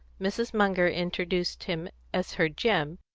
mrs. munger introduced him as her jim,